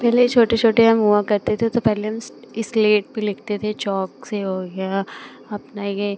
पहले छोटे छोटे हम हुआ करते थे तो पहले हम इस्लेट पर लिखते थे चॉक से हो गया अपना यह